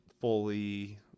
fully